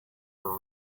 for